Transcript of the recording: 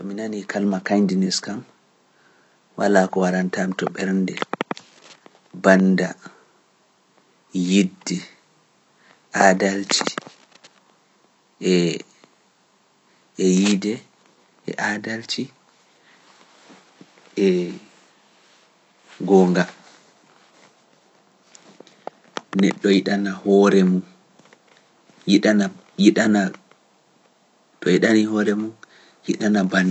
To mi nanii kalma kañdines kam, walaa ko waranta am to ɓernde bannda yiɗde, aadalci e, e yiide e aadalci, e goonga. Neɗɗo yiɗana hoore mum, yiɗana - yiɗana, to yiɗanii hoore mum, yiɗana banndum.